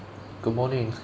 good morning